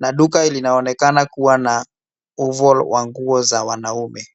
na duka linaonekana kuwa na uvol wa nguo za wanaume.